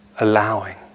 allowing